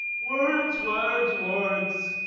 words, words, words.